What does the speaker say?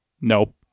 Nope